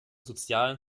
sozialen